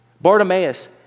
Bartimaeus